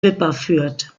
wipperfürth